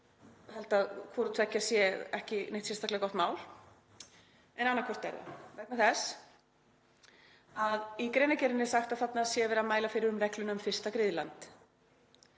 held að hvorugt sé neitt sérstaklega gott mál en annað hvort er það, vegna þess að í greinargerðinni er sagt að þarna sé verið að mæla fyrir um regluna um fyrsta griðland.